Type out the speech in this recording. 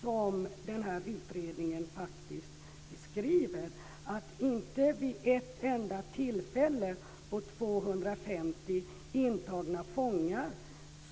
Men den här utredningen beskriver ett stötande faktum: På 250 intagna fångar